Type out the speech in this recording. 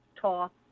Talk